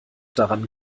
daran